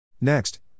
Next